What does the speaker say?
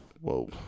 Whoa